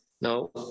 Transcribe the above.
no